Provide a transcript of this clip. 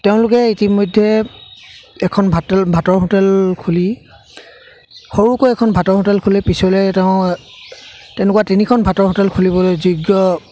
তেওঁলোকে ইতিমধ্যে এখন ভাত ভাতৰ হোটেল খুলি সৰুকৈ এখন ভাটৰ হোটেল খুলি পিছলে তেওঁ তেনেকুৱা তিনিখন ভাটৰ হোটেল খুলিবলৈ যোগ্য